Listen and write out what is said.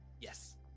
Yes